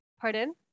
Pardon